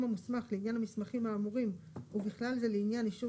המוסמך לעניין המסמכים האמורים ובכלל זה לעניין אישור